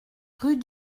rue